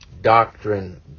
doctrine